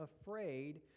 afraid